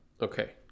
okay